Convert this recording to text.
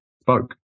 spoke